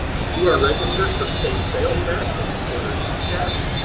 if you are registered for state sales tax or retailer's use tax,